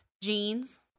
jeans